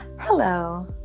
Hello